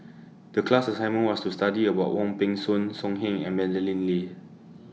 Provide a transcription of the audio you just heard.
The class assignment was to study about Wong Peng Soon So Heng and Madeleine Lee